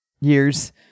years